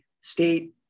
state